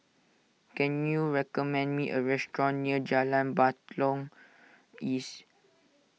can you recommend me a restaurant near Jalan Batalong East